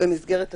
במסגרת התקופה.